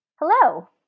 Hello